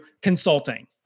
consulting